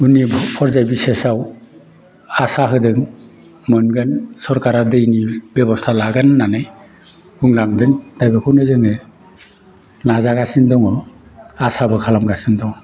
उननि पर्जाय बिसासाव आसा होदों मोनगोन सोरखारा दैनि बेबस्था लागोन होननानै बुंलांदों दा बेखौनो जोङो नाजागासिनो दङ आसाबो खालामगासिनो दङ